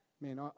man